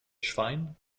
schwein